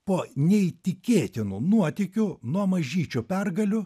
po neįtikėtinų nuotykių nuo mažyčių pergalių